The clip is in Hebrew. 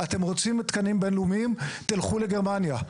אתם רוצים תקנים בינלאומיים תלכו לגרמניה,